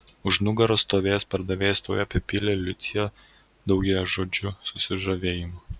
už nugaros stovėjęs pardavėjas tuoj apipylė liuciją daugiažodžiu susižavėjimu